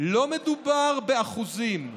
לא מדובר באחוזים,